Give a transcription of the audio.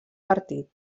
partit